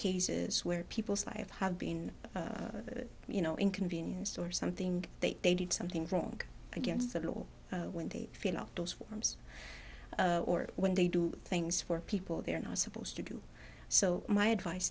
cases where people's lives have been you know inconvenienced or something that they did something wrong against the law when they feel those forms or when they do things for people they're not supposed to do so my advice